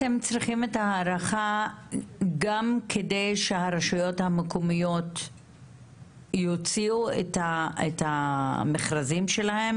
אתם צריכים את ההארכה גם כדי שהרשויות המקומיות יוציאו את המכרזים שלהם,